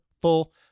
full